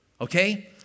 Okay